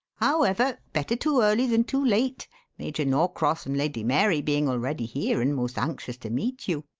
however, better too early than too late major norcross and lady mary being already here and most anxious to meet you.